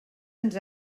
ens